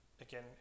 again